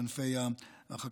למשל בענפי החקלאות,